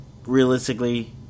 realistically